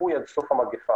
הצפוי עד סוף המגפה.